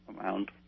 amount